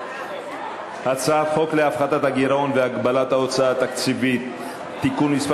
חוק להפחתת הגירעון והגבלת ההוצאה התקציבית (תיקון מס'